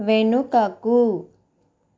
వెనుకకు